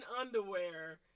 underwear